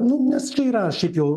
nu nes čia yra šiaip jau